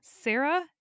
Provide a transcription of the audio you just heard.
Sarah